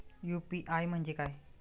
UPI म्हणजे काय?